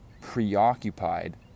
preoccupied